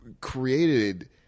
created